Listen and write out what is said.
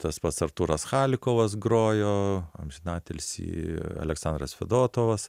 tas pats artūras chalikovas grojo amžinatilsį aleksandras fedotovas